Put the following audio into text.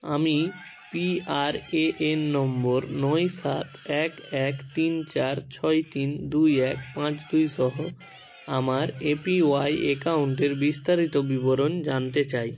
আমি পিআরএএন নম্বর নয় সাত এক এক তিন চার ছয় তিন দুই এক পাঁচ দুই সহ আমার এপিওয়াই অ্যাকাউন্টের বিস্তারিত বিবরণ জানতে চাই